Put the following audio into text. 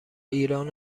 ایران